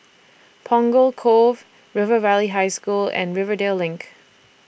Punggol Cove River Valley High School and Rivervale LINK